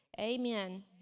Amen